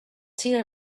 tea